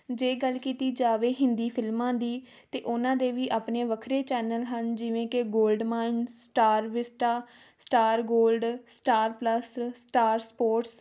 ਜੇ ਗੱਲ ਕੀਤੀ ਜਾਵੇ ਹਿੰਦੀ ਫਿਲਮਾਂ ਦੀ ਤਾਂ ਉਹਨਾਂ ਦੇ ਵੀ ਆਪਣੇ ਵੱਖਰੇ ਚੈਨਲ ਹਨ ਜਿਵੇਂ ਕਿ Goldmines Star Vista Star Gold Star Plus Star sports